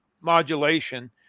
modulation